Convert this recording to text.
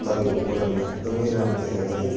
तपाईँको पोर्टलमा एकदमै राम्रो देखाएको थियो